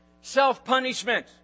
self-punishment